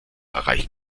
erreicht